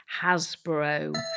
Hasbro